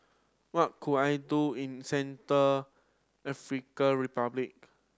what could I do in Central African Republic